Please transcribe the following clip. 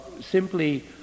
simply